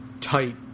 tight